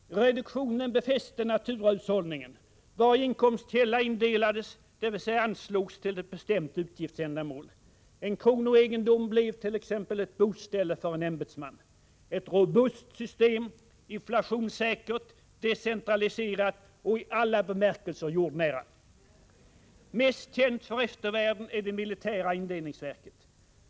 Reduktionen befäste naturahushållningen. Varje inkomstkälla indelades, dvs. anslogs till ett bestämt utgiftsändamål. En kronoegendom blev t.ex. ett boställe för en ämbetsman. Ett robust system: inflationssäkert, decentraliserat och i alla bemärkelser jordnära. Mest känt för eftervärlden är det militära indelningsverket.